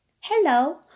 Hello